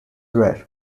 rare